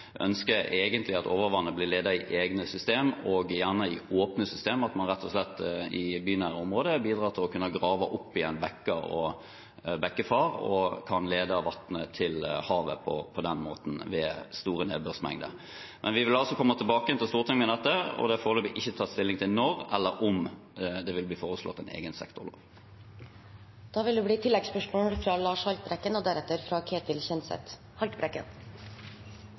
ønsker egentlig at overvannet blir ledet i egne systemer, og gjerne i åpne systemer – at man i bynære områder rett og slett bidrar til å kunne grave opp igjen bekker og bekkefar og ved store nedbørsmengder kan lede vannet til havet på den måten. Vi vil altså komme tilbake til Stortinget med dette, og det er foreløpig ikke tatt stilling til når – eller om – det vil bli foreslått en egen